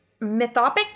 Mythopic